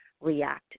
react